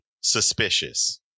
suspicious